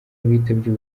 abitabye